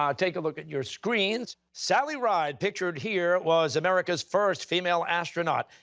um take a look at your screens. sally ride, pictured here, was america's first female astronaut.